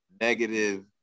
negative